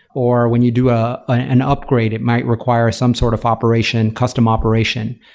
or when you do ah an upgrade, it might require some sort of operation, custom operation.